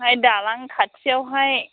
ओमफ्राय दालां खाथियावहाय